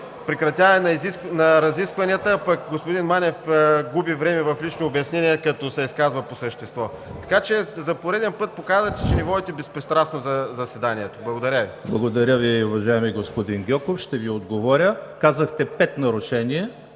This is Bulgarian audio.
прекратяване на разискванията, а пък господин Манев губи време в лично обяснение, като се изказва по същество. За пореден път показвате, че не водите безпристрастно заседанието. Благодаря Ви. ПРЕДСЕДАТЕЛ ЕМИЛ ХРИСТОВ: Благодаря Ви, уважаеми господин Гьоков. Ще Ви отговоря. Казахте за пет нарушения,